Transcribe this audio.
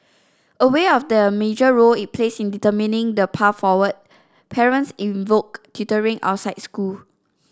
aware of the major role it plays in determining the path forward parents invoke tutoring outside school